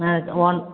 ஆ